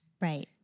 Right